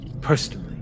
personally